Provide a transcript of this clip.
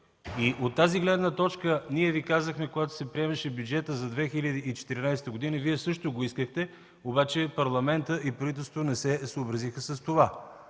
От тази гледна точка ние Ви казахме, когато се приемаше бюджетът за 2014 г. – Вие също го искахте, обаче Парламентът и правителството не се съобразиха с това